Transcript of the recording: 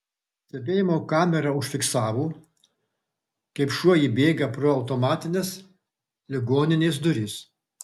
stebėjimo kamera užfiksavo kaip šuo įbėga pro automatines ligoninės duris